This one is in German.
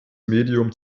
medium